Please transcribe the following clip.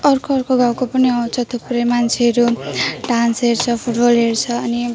अर्को अर्को गाउँको पनि आउँछ थुप्रै मान्छेहरू डान्स हेर्छ फुटबल हेर्छ अनि